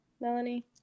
Melanie